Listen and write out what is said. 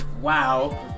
Wow